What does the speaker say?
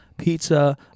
Pizza